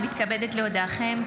אני מתכבדת להודיעכם,